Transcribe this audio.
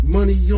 Money